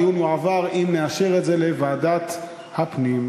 הדיון מועבר, אם נאשר את זה, לוועדת הפנים.